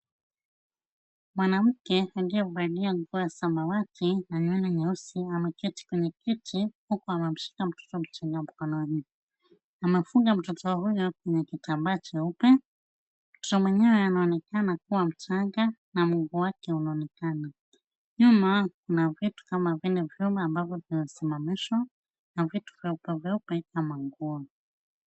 Mwanamke aliyevalia nguo ya samawati na nywele nyeusi, ameketi kwenye kiti, huku amemshika mtoto mchanga mkononi, amefunga mtoto huyo na kitambaa cheupe, mtoto mwenyewe ananekana kuwa mchanga na mguu wake unaonekana. Nyuma kuna vitu kama vile vyuma ambavyo vimesimamishwa na vitu vyeupe vyeupe kama nguo.